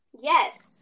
Yes